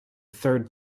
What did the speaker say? third